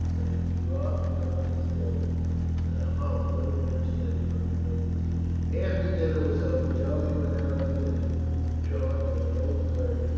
that if you rob the company's till and are hung, don't mention that you are related to me. after dinner was over, charlie went out under the charge of an old clerk,